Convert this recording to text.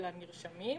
מהלך דומה